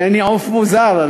שאני עוף מוזר.